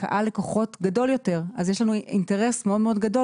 לקהל לקוחות גדול יותר ויש לנו אינטרס מאוד מאוד גדול